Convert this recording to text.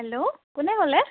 hello কোনে ক'লে